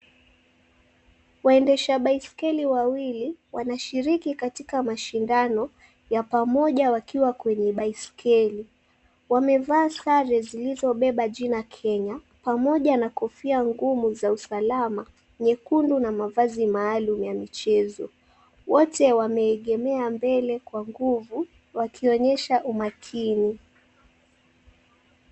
Waendesha baiskeli wawili wanashiriki katika mashindano ya pamoja wakiwa kwenye baiskeli. Wamevaa sare zilizobeba jina Kenya pamoja na kofia ngumu za usalama nyekundu na mavazi maalum ya michezo. Wote wameegemea mbele kwa nguvu wakionyesha umakini.